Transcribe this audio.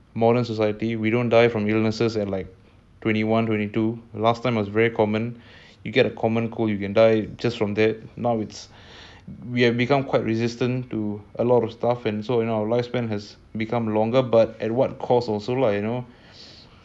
modern society we don't die from illnesses at like twenty one twenty two like last time was very common you don't just die from the common cold we have become quite resistant to a lot of stuff and so you know our lifespan has become longer and at what cost also lah